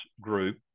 group